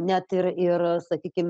net ir ir sakykim